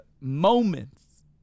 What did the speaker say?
moments